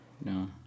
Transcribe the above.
No